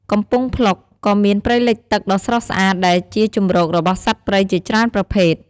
កំពង់ភ្លុក ក៏មានព្រៃលិចទឹកដ៏ស្រស់ស្អាត ដែលជាជម្រករបស់សត្វព្រៃជាច្រើនប្រភេទ ។